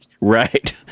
right